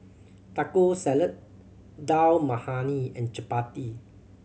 Taco Salad Dal Makhani and Chapati